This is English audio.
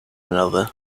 another